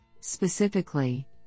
Specifically